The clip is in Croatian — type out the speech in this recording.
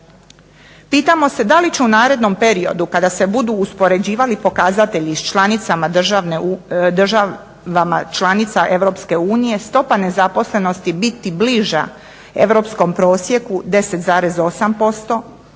Pitamo se da li će u narednom periodu kada se budu uspoređivali pokazatelji sa članicama, državama članica Europske unije stopa nezaposlenosti biti bliža europskom prosjeku 10,8%.